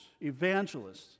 evangelists